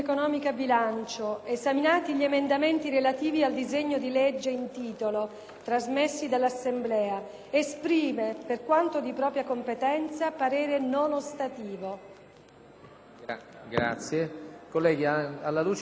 esprime, per quanto di propria competenza, parere non ostativo».